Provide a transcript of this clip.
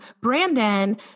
Brandon